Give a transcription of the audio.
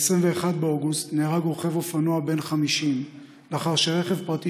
ב-21 באוגוסט נהרג רוכב אופנוע בן 50 לאחר שרכב פרטי